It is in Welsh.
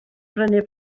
brynu